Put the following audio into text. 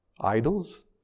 Idols